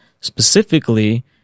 specifically